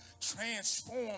transform